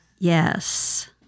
Yes